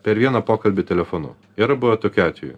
per vieną pokalbį telefonu yra buvę tokių atvejų